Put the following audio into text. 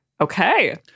Okay